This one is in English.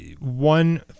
One